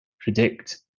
predict